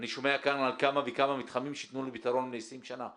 אני שומע כאן על כמה וכמה מתחמים שיתנו לי פתרון ל-20 שנה.